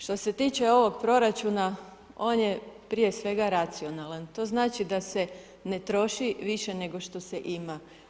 Što se tiče ovog proračuna, on je prije svega racionalan, to znači da se ne troši više nego što se ima.